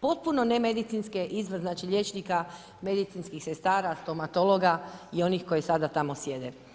potpuno nemedicinske, izbor znači liječnika, medicinskih sestara, stomatologa i onih koji sada tamo sjede.